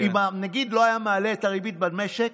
אם הנגיד לא היה מעלה את הריבית במשק,